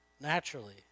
naturally